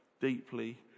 deeply